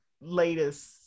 latest